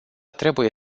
trebuie